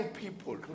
people